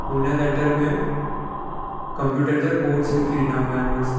उन्हीअ लैटर में कम्प्यूटर जा कोर्स लिखी ॾिना हुयामांसि